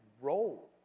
role